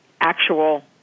actual